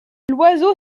l’oiseau